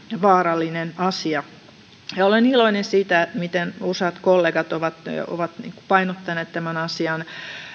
vaarallinen asia olen iloinen siitä miten useat kollegat ovat ovat painottaneet tämän asian